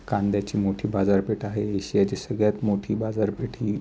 कांद्याची मोठी बाजारपेठ आहे एशियाची सगळ्यात मोठी बाजारपेठ ही